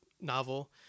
novel